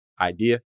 idea